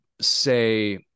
say